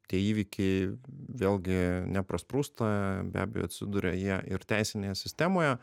tie įvykiai vėlgi neprasprūsta be abejo atsiduria jie ir teisinėje sistemoje